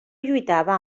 lluitava